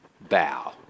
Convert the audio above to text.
bow